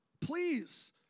Please